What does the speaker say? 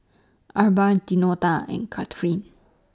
Arba Deonta and Kathryne